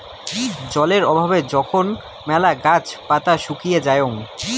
জলের অভাবে যখন মেলা গাছ পাতা শুকিয়ে যায়ং